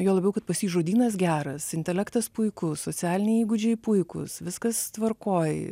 juo labiau kad pas jį žodynas geras intelektas puikus socialiniai įgūdžiai puikūs viskas tvarkoj